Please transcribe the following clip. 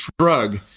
shrug